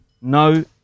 no